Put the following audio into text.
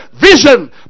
vision